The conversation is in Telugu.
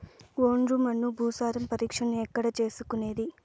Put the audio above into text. ఒండ్రు మన్ను భూసారం పరీక్షను ఎక్కడ చేసుకునేది?